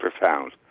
profound